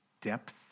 depth